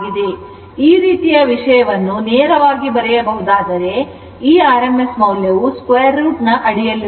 ಆದ್ದರಿಂದ ಈ ರೀತಿಯ ವಿಷಯವನ್ನು ನೇರವಾಗಿ ಬರೆಯಬಹುದಾದರೆ ಈ rms ಮೌಲ್ಯವು √ ಅಡಿಯಲ್ಲಿರುತ್ತದೆ